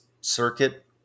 circuit